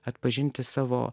atpažinti savo